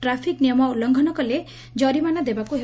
traffic ନିୟମ ଉଲୁଘନ କଲେ ଜରିମାନା ଦେବାକୁ ହେବ